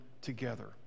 together